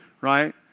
right